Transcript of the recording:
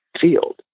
field